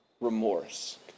remorse